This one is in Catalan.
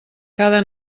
cada